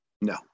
No